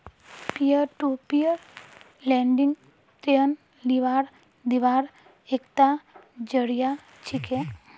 peer to peer lending ऋण लीबार दिबार एकता जरिया छिके